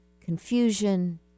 confusion